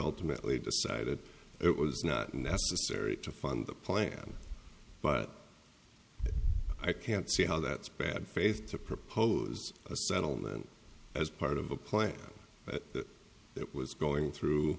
ultimately decided it was not necessary to fund the plan but i can't see how that's bad faith to propose a settlement as part of a plan that it was going through